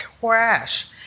crash